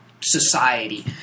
society